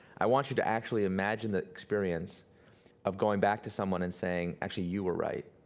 i want you to actually imagine the experience of going back to someone and saying, actually you were right,